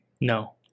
No